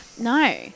No